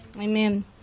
amen